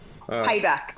Payback